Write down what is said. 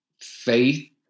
faith